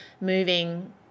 moving